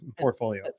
portfolio